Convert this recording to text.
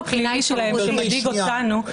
הרישום הפלילי שלהם שמדאיג אותנו --- כן.